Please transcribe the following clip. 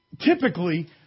typically